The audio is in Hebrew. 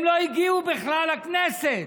הם לא הגיעו בכלל לכנסת.